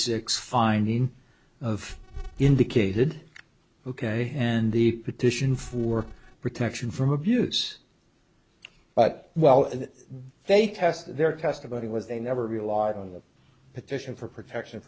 six finding of indicated ok and the petition for protection from abuse but well they test their testimony was they never relied on the petition for protection